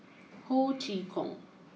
Ho Chee Kong